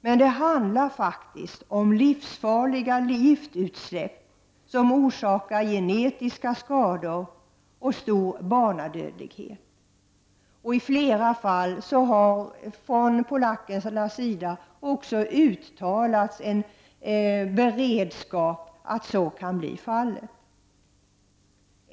Men det handlar faktiskt om livsfarliga giftutsläpp, som orsakar genetiska skador och stor barnadödlighet. I flera fall har man från polsk sida uttalat en insikt om att så är fallet.